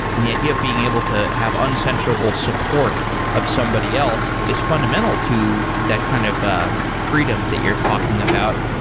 and the idea of being able to have uncensorable support of somebody else is fundamental to that kind of ah freedom that you're talking about.